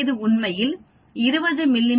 இது உண்மையில் 20 மி